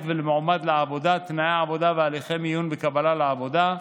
ולמועמד לעבודה (תנאי עבודה והליכי מיון בקבלה לעבודה),